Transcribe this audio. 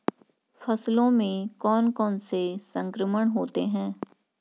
फसलों में कौन कौन से संक्रमण होते हैं?